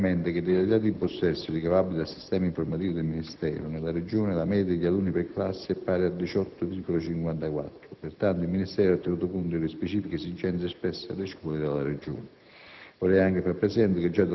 occorre rilevare preliminarmente che dai dati in possesso, ricavabili dal sistema informativo del Ministero, nella Regione la media degli alunni per classe è pari a 18,54. Pertanto, il Ministero ha tenuto conto delle specifiche esigenze espresse dalle scuole della Regione.